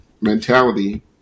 mentality